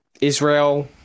Israel